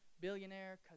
billionaire